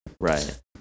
right